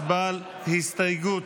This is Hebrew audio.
הצבעה על ההסתייגות